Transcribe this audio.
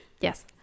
Yes